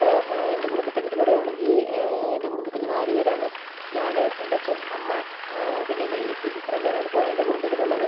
ഇപ്പോൾ എൻ്റെ കുടുംബത്തെ പറ്റി പറയുകയാണെങ്കിൽ എൻ്റെ കുടുംബത്തിൽ നാലു പേരാണ് ഞാൻ എൻ്റച്ഛൻ അമ്മ പിന്നെ എൻ്റെ അനിയത്തി ഇത്രയും പേരാണിപ്പോൾ എൻ്റെ കുടുംബത്തിലുള്ളത്